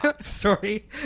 Sorry